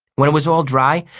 when it was all dry,